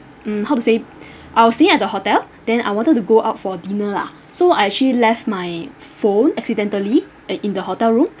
mm how to say I was staying at the hotel then I wanted to go out for dinner lah so I actually left my phone accidentally uh in the hotel room